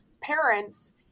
parents